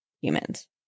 humans